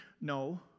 no